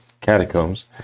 catacombs